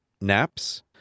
naps